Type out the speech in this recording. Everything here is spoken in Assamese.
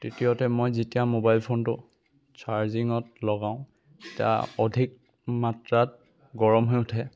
তৃতীয়তে মই যেতিয়া মোবাইল ফোনটো ছাৰ্জিঙত লগাওঁ তেতিয়া অধিক মাত্ৰাত গৰম হৈ উঠে